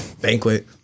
banquet